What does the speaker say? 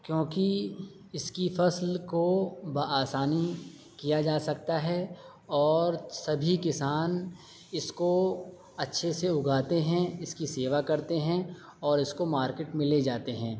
کیونکہ اس كی فصل کو بآسانی كیا جا سكتا ہے اور سبھی کسان اس کو اچھے سے اگاتے ہیں اس کی سیوا کرتے ہیں اور اس کو مارکٹ میں لے جاتے ہیں